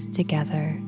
together